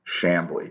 Shambly